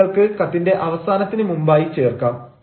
ഇത് നിങ്ങൾക്ക് കത്തിന്റെ അവസാനത്തിന് മുമ്പായി ചേർക്കാം